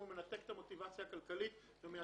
כי הוא מנתק את המוטיבציה הכלכלית לאנשים.